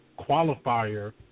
qualifier